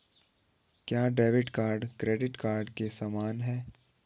क्या debit card credit card के समान है?